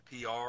PR